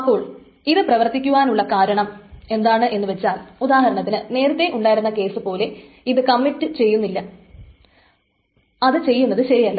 അപ്പോൾ ഇത് പ്രവർത്തിക്കുവാനുളള കാരണം എന്താണ് എന്നു വച്ചാൽ ഉദാഹരണത്തിന് നേരത്തെ ഉണ്ടായിരുന്ന കേസ്സുപോലെ ഇത് കമ്മിറ്റ് ചെയ്യുന്നത് ശരിയല്ല